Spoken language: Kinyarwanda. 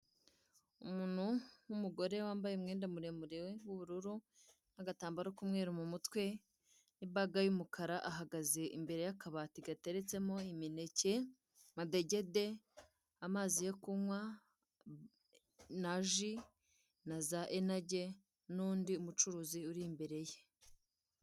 Umuntu w'umugore, wambaye umwenda muremure, w'ubururu , n'agatambaro k'umweru mu mutwe, n'ibaga y'umukara, ahagaze imbere y'akabati gateretsemo imineke, amadegede, amazi yo kunywa, na ji, na za enaje, n'undi mucuruzi uri imbere ye.